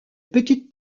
petite